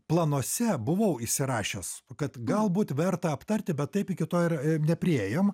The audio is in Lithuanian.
planuose buvau įsirašęs kad galbūt verta aptarti bet taip iki to ir nepriėjom